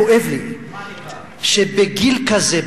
כואב לי שבגיל כזה,